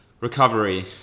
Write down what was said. recovery